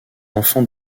enfant